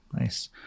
nice